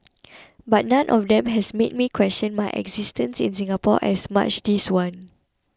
but none of them has made me question my existence in Singapore as much this one